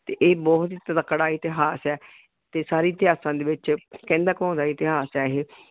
ਅਤੇ ਇਹ ਬਹੁਤ ਹੀ ਤਕੜਾ ਇਤਿਹਾਸ ਹੈ ਅਤੇ ਸਾਰੇ ਇਤਿਹਾਸਾਂ ਦੇ ਵਿੱਚ ਕਹਿੰਦਾ ਕਹਾਉਂਦਾ ਇਤਿਹਾਸ ਹੈ ਇਹ